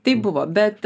taip buvo bet